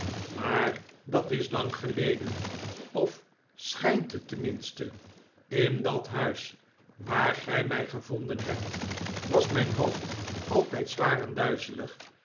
maar dat is lang geleden of schijnt t tenminste in dat huis waar gij mij gevonden hebt was mijn hoofd altijd zwaar en duizelig